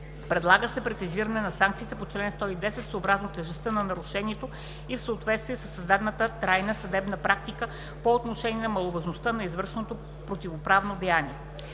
Предлага се прецизиране на санкциите в чл. 110 съобразно тежестта на нарушението и в съответствие със създадената трайна съдебна практика по отношение маловажността на извършеното противоправно деяние.